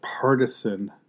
partisan